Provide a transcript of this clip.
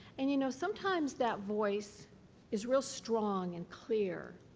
and you know, sometimes that voice is real strong and clear.